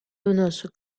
unos